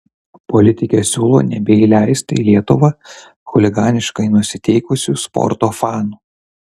politikė siūlo nebeįleisti į lietuvą chuliganiškai nusiteikusių sporto fanų